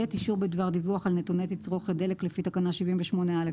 אישור בדבר דיווח על נתוני תצרוכת דלק לפי תקנה 78(א)(2)